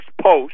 Post